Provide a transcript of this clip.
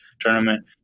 tournament